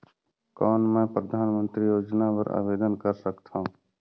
कौन मैं परधानमंतरी योजना बर आवेदन कर सकथव?